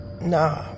nah